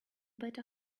better